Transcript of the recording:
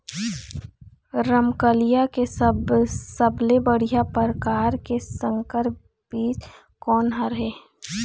रमकलिया के सबले बढ़िया परकार के संकर बीज कोन हर ये?